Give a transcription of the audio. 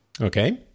Okay